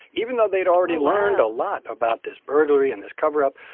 even though they'd already learned a lot about this burglary and this cover-up,